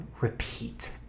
repeat